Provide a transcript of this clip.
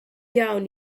iawn